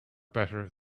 better